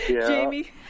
Jamie